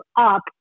up